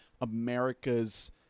America's